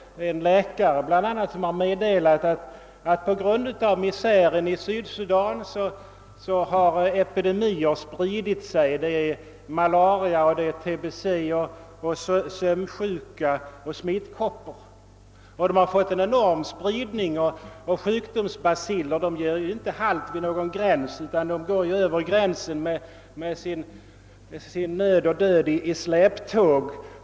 Bland annat har man meddelat att det på grund av den svåra misären i Sydsudan har spritts epedimier av malaria, tbe, sömnsjuka och smittkoppor. De har fått en omfattande utbredning. Sjukdomsbaciller gör ju inte halt vid någon gräns, utan de går över gränsen med nöd och död i släptåg.